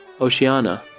Oceana